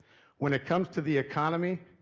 when it comes to the economy,